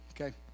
Okay